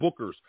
bookers